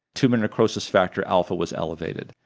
tumor necrosis factor alpha was elevated,